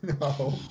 No